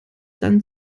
dann